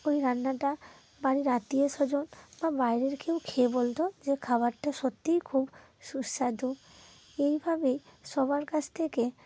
ওই রান্নাটা বাড়ির আত্মীয় স্বজন বা বাইরের কেউ খেয়ে বলত যে খাবারটা সত্যিই খুব সুস্বাদু এইভাবেই সবার কাছ থেকে